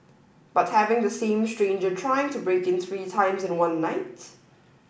but having the same stranger trying to break in three times in one night